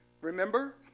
Remember